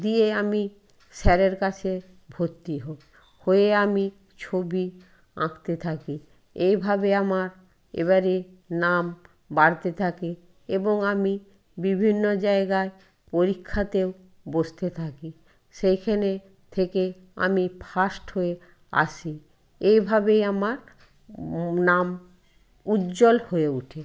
দিয়ে আমি স্যারের কাছে ভর্তি হই হয়ে আমি ছবি আঁকতে থাকি এইভাবে আমার এবারে নাম বাড়তে থাকে এবং আমি বিভিন্ন জায়গায় পরীক্ষাতেও বসতে থাকি সেইখেনে থেকে আমি ফার্স্ট হয়ে আসি এইভাবেই আমার নাম উজ্জ্বল হয়ে উঠে